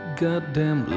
goddamn